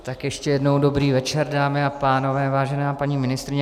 Tak ještě jednou dobrý večer, dámy a pánové, vážená paní ministryně.